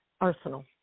arsenal